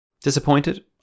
Disappointed